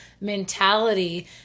mentality